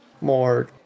more